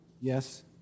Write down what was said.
Yes